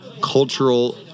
cultural